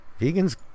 vegans